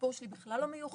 הסיפור שלי בכלל לא מיוחד,